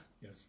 Yes